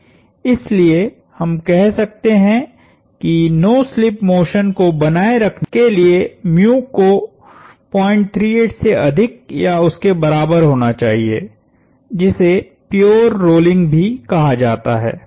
इसलिए हम कह सकते हैं कि नो स्लिप मोशन को बनाए रखने के लिएको 038 से अधिक या उसके बराबर होना चाहिए जिसे प्योर रोलिंग भी कहा जाता है